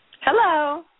Hello